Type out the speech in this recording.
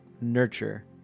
nurture